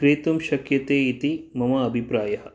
क्रेतुं शक्यते इति मम अभिप्रायः